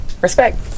Respect